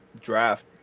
draft